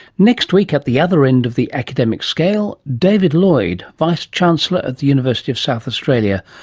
next week, at the other end of the academic scale, david lloyd, vice chancellor at the university of south australia,